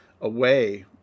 away